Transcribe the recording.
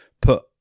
put